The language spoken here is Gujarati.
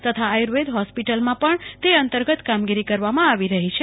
તથા આયુર્વેદ હોસ્પિટલમાં પણ તે અંતર્ગત કામગીરી કરવામાં આવી રહ્ય છે